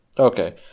Okay